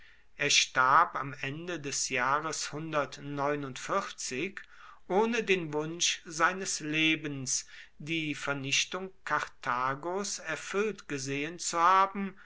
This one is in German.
er starb am ende des jahres ohne den wunsch seines lebens die vernichtung karthagos erfüllt gesehen zu haben